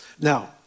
Now